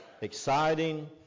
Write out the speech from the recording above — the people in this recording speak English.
exciting